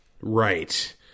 right